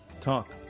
Talk